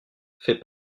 fait